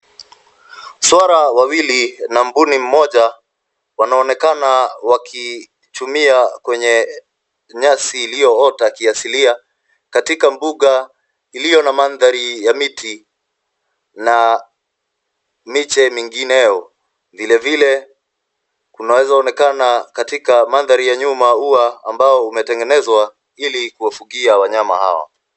Swara wawili na mbuni moja wanaonekana wakichumia kwenye nyasi iliyoota kiasilia katika mbuga iliyo na mandhari ya mti na miche mingineyo. Vilevile kunaweza onekana katika mandhari ya nyuma uwa ambao umetengenezwa ili kuwafugia wanyama hawa.